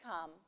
come